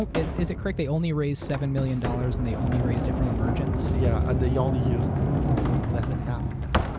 and is it correct, they only raised seven million dollars and they only raised it from emergence? yeah. and they yeah only used less than half of that,